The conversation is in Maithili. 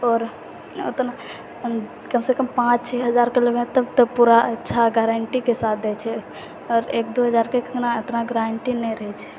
आओर ओतना कमसँ कम पाँच छओ हजारके लेबै तब पूरा अच्छा गारण्टीके साथ दै छै आओर एक दू हजारके इतना गारण्टी नहि रहै छै